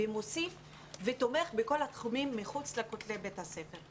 ומוסיף ותומך בכל התחומים מחוץ לכותלי בית הספר.